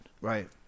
Right